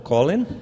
Colin